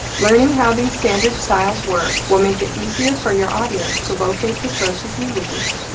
learning how these standard styles work will make it easier for your audience to locate the sources you used,